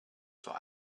zur